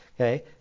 Okay